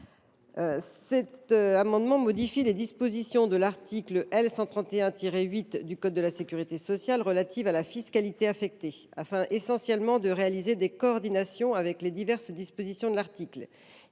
objet de modifier les dispositions de l’article L. 131 8 du code de la sécurité sociale relatives à la fiscalité affectée, afin de réaliser des coordinations entre les diverses dispositions de l’article.